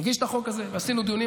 הוא הגיש את החוק הזה, עשינו דיונים.